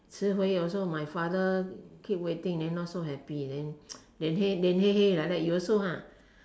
迟回 also my father keep waiting then not so happy then 脸黑脸黑黑 like that you also ah